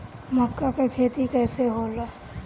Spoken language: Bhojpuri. मका के खेती कइसे होला?